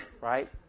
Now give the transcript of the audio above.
right